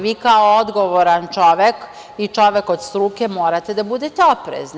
Vi kao odgovoran čovek i čovek od struke morate da budete oprezni.